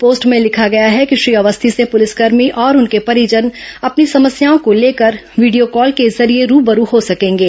post में लिखा है कि श्री अवस्थी से पुलिस कर्मी और उनके परिजन अपनी समस्याओं को लेकर वीडियो कॉल के जरिए रूबरू हो सकेंगे